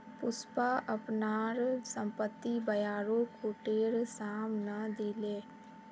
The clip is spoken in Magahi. पुष्पा अपनार संपत्ति ब्योरा कोटेर साम न दिले